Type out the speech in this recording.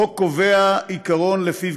החוק קובע עיקרון שלפיו,